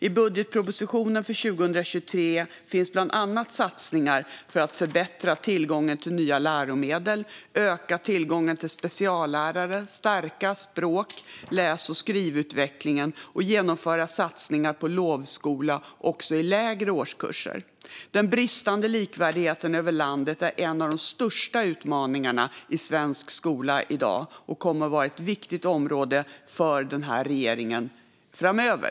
I budgetpropositionen för 2023 finns bland annat satsningar för att förbättra tillgången till nya läromedel, öka tillgången till speciallärare, stärka språk, läs och skrivutvecklingen och genomföra satsningar på lovskola också i lägre årskurser. Den bristande likvärdigheten över landet är en av de största utmaningarna i svensk skola i dag och kommer att vara ett viktigt område för den här regeringen framöver.